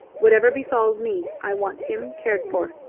whatever befalls me i want him cared for.